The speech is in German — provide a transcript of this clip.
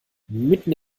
mitten